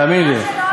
תאמיני לי.